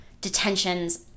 detentions